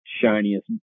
shiniest